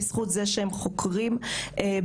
בזכות זה שהם חוקרים בערבית.